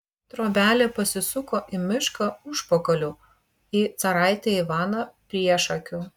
trobelė pasisuko į mišką užpakaliu į caraitį ivaną priešakiu